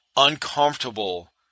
uncomfortable